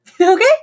okay